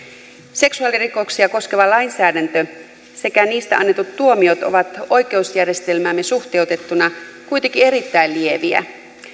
seksuaalirikoksia koskeva lainsäädäntö sekä niistä annetut tuomiot ovat oikeusjärjestelmäämme suhteutettuina kuitenkin erittäin lieviä